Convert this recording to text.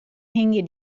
hingje